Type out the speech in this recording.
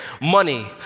money